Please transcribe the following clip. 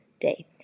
day